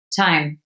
time